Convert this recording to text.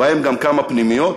בהם גם כמה פנימיות.